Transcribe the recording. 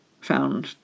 found